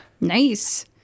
Nice